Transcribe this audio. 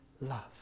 love